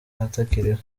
atakiriho